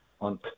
on